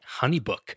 Honeybook